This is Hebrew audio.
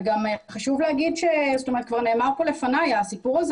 חשוב להזכיר את וכבר נאמר כאן לפניי הסיפור הזה